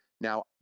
Now